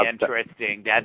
interesting